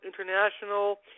international